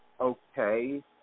okay